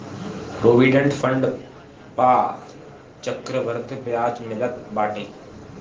provident fund पअ चक्रवृद्धि बियाज मिलत बाटे